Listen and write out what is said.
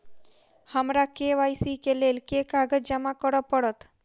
हमरा के.वाई.सी केँ लेल केँ कागज जमा करऽ पड़त?